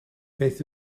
beth